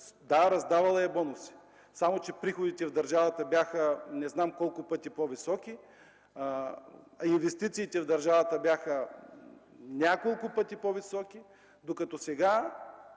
Да, раздавала е бонуси. Само че приходите в държавата бяха не знам колко пъти по-високи, инвестициите в държавата бяха няколко пъти по-високи, докато сега,